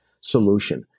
solution